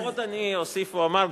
עוד אני אוסיף ואומר,